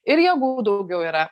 ir jėgų daugiau yra